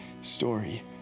story